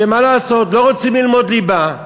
ומה לעשות, לא רוצים ללמוד ליבה.